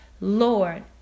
Lord